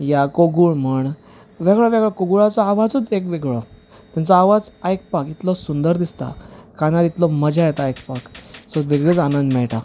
या कोगुळ म्हण वेगळो वेगळो कोगुळाचो आवाजूच वेगळो वेगळो तेंचो आवाज आयकापाक इतलो सुंदर दिसता कानार इतलो मजा येता आयकपाक सो वेगळींच आनंद मेळटा